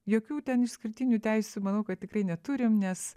jokių ten išskirtinių teisių manau kad tikrai neturim nes